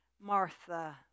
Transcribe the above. Martha